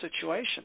situation